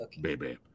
baby